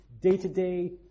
day-to-day